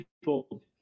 people